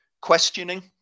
Questioning